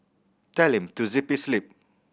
tell him to zip his lip